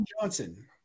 Johnson